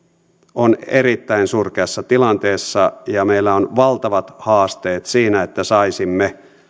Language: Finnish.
on erittäin surkeassa tilanteessa ja meillä on valtavat haasteet siinä että saisimme